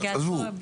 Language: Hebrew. עזבו,